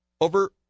over